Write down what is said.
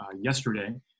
yesterday